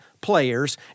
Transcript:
Players